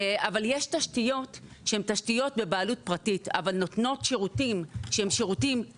אבל יש תשתיות שהן תשתיות בבעלות פרטית אבל נותנות שירותים ציבוריים,